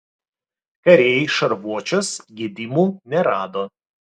kariai šarvuočiuos gedimų nerado